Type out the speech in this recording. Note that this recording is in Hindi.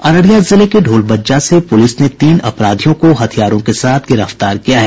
अररिया जिले के ढोलबज्जा से पुलिस ने तीन अपराधियों को हथियारों के साथ गिरफ्तार किया है